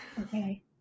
Okay